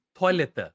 toilet